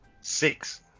Six